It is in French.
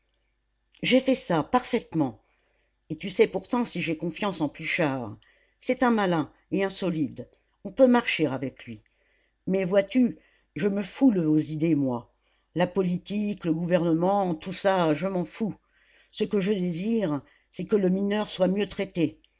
j'ai fait ça parfaitement et tu sais pourtant si j'ai confiance en pluchart c'est un malin et un solide on peut marcher avec lui mais vois-tu je me fous de vos idées moi la politique le gouvernement tout ça je m'en fous ce que je désire c'est que le mineur soit mieux traité